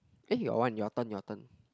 eh your one your turn your turn